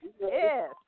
Yes